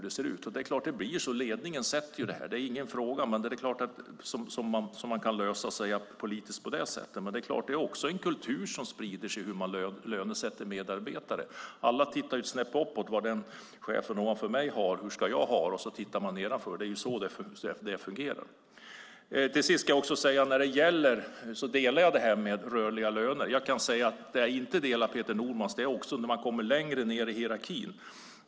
Det är ledningen sätter nivån, och det är inget som man kan lösa på politisk nivå. Det är också en kultur som sprider sig hur man lönesätter medarbetare. Alla tittar ett snäpp uppåt på vad chefen ovanför mig har, hur jag har det, och sedan tittar jag nedanför. Det är så det fungerar. Till sist vill jag säga att jag delar uppfattningen om rörliga löner. Där jag inte delar Peter Normans uppfattning är när man kommer längre ned i hierarkin.